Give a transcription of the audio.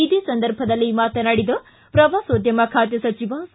ಇದೇ ಸಂದರ್ಭದಲ್ಲಿ ಮಾತನಾಡಿದ ಶ್ರವಾಸೋದ್ದಮ ಖಾತೆ ಸಚಿವ ಸಾ